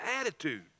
attitude